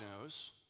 knows